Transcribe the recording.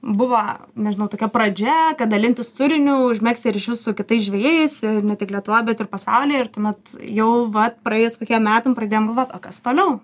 buvo nežinau tokia pradžia kad dalintis turiniu užmegzti ryšius su kitais žvejais ne tik lietuvoj bet ir pasaulyje ir tuomet jau va praėjus kokiem metam pradėjom galvot o kas toliau